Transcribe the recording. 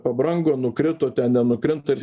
pabrango nukrito ten nenukrenta ir